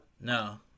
No